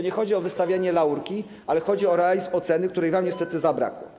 Nie chodzi o wystawianie laurki, ale chodzi o realizm oceny, którego wam niestety zabrakło.